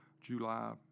July